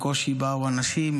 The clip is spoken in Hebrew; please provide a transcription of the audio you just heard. בקושי באו אנשים.